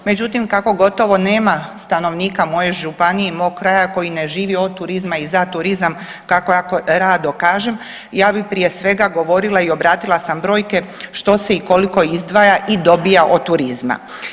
Međutim, kako gotovo nema stanovnika moje županije i mog kraja koji ne živi od turizma i za turizam kako jako rado kažem ja bi prije svega govorila i obratila sam brojke što se i koliko izdvaja i dobija od turizma.